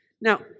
Now